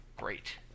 great